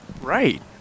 Right